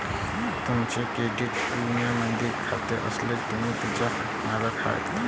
तुमचे क्रेडिट युनियनमध्ये खाते असल्यास, तुम्ही त्याचे मालक आहात